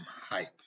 hype